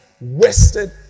wasted